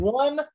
one